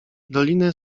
dolinę